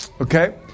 Okay